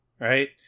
right